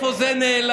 לאיפה זה נעלם?